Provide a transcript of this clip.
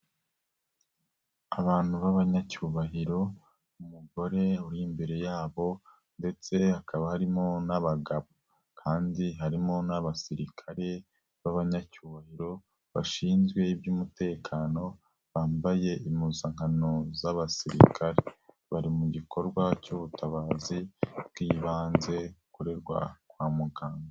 Abantu b'abanyacyubahiro, umugore uri imbere yabo ndetse hakaba harimo n'abagabo kandi harimo n'abasirikare b'abanyacyubahiro bashinzwe iby'umutekano, bambaye impuzankano z'abasirikari, bari mu gikorwa cy'ubutabazi bw'ibanze bukorerwa kwa muganga.